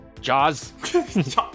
Jaws